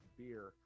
beer